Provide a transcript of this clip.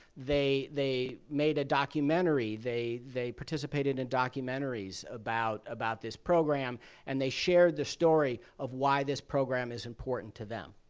they they made a documentary. they they participated in documentaries about about this program and they shared the story of why this program is important to them.